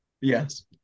Yes